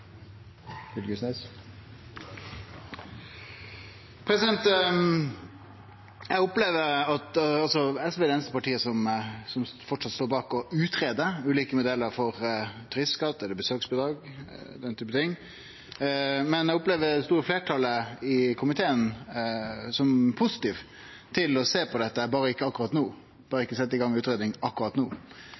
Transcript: debattene. Eg opplever at SV er det einaste partiet som framleis står bak å greie ut ulike modellar for turistskatt, besøksbidrag og den typen ting. Men eg opplever det store fleirtalet i komiteen som positive til å sjå på dette, berre ikkje akkurat no. Ein vil berre ikkje setje i gang ei utgreiing akkurat no.